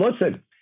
listen